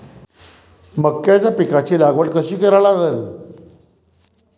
मक्याच्या पिकाची लागवड कशी करा लागन?